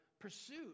pursuit